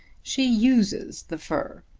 she uses the fur.